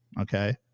okay